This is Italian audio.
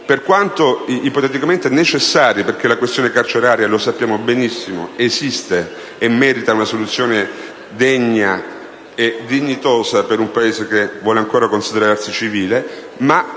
per quanto ipoteticamente necessari - e la questione carceraria, lo sappiamo benissimo, esiste e merita una soluzione dignitosa per un Paese che vuole ancora considerarsi civile -